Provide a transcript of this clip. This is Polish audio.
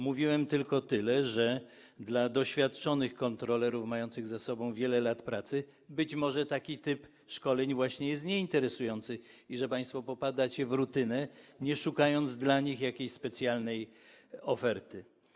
Mówiłem tylko tyle, że dla doświadczonych kontrolerów mających za sobą wiele lat pracy być może taki typ szkoleń właśnie jest nieinteresujący i że państwo popadacie w rutynę, nie szukając dla nich jakiejś specjalnej oferty.